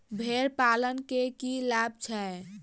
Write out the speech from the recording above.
भेड़ पालन केँ की लाभ छै?